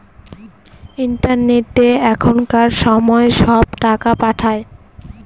ইন্টারনেটে এখনকার সময় সব টাকা পাঠায়